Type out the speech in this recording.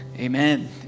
Amen